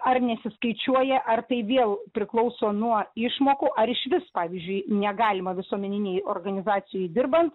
ar nesiskaičiuoja ar tai viel priklauso nuo išmokų ar išvis pavyzdžiui negalima visuomeninėj organizacijoj dirbant